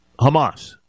Hamas